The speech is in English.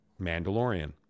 Mandalorian